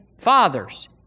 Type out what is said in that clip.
fathers